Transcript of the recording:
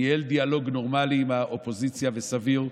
ניהל דיאלוג נורמלי עם האופוזיציה, וסביר.